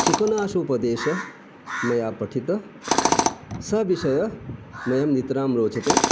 सुखेन सोपदेशः मया पठितः स विषयः मह्यं नितरां रोचते